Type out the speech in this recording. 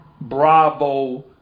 bravo